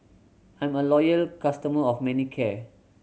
I'm a loyal customer of Manicare